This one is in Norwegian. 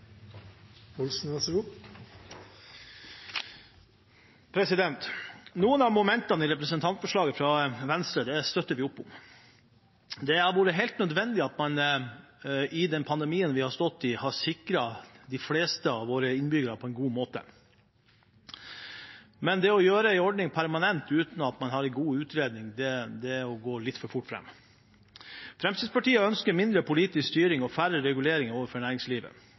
Venstre støtter vi opp om. Det har vært helt nødvendig at man i pandemien vi har stått i, har sikret de fleste av våre innbyggere på en god måte, men det å gjøre en ordningen permanent uten at man har en god utredning, er å gå litt for fort fram. Fremskrittspartiet ønsker mindre politisk styring og færre reguleringer overfor næringslivet